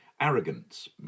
arrogance